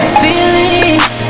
feelings